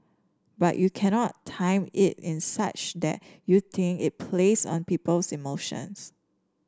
but you cannot time it in such that you think it plays on people's emotions